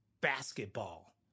basketball